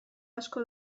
asko